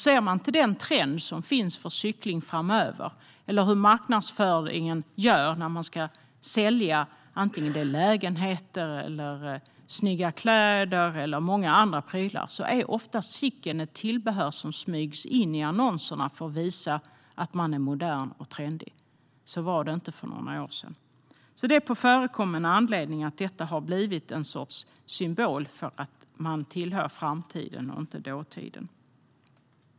Vid till exempel marknadsföring av lägenheter till försäljning, snygga kläder eller andra prylar är trenden att smyga in cykeln i annonserna som ett tillbehör för att visa att man är modern. Så var det inte för några år sedan. Detta har alltså på förekommen anledning blivit en sorts symbol för att man tillhör framtiden och inte dåtiden.